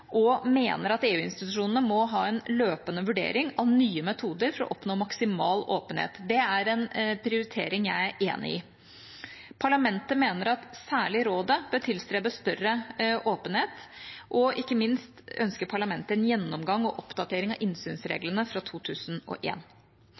og mener at EU-institusjonene må ha en løpende vurdering av nye metoder for å oppnå maksimal åpenhet. Det er en prioritering jeg er enig i. Parlamentet mener at særlig Rådet bør tilstrebe større åpenhet, og ikke minst ønsker Parlamentet en gjennomgang og oppdatering av